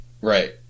Right